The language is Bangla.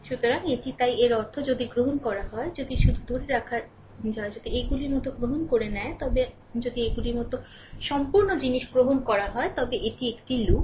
সুতরাং এটি তাই এর অর্থ যদি গ্রহণ করা হয় যদি শুধু ধরে রাখা যদি এইগুলির মতো গ্রহণ করে নেয় তবে যদি এইগুলির মতো সম্পূর্ণ জিনিস গ্রহণ করা হয় তবে এটি একটি লুপ